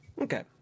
Okay